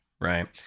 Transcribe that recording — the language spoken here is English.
right